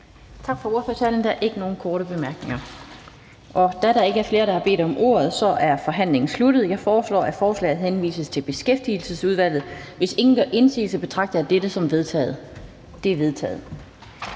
Tak for ordførertalen. Der er ikke nogen korte bemærkninger. Da der ikke er flere, der har bedt om ordet, er forhandlingen sluttet. Jeg foreslår, at forslaget henvises til Beskæftigelsesudvalget. Hvis ingen gør indsigelse, betragter jeg det som vedtaget. Det er vedtaget.